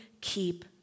keep